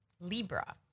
Libra